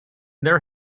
their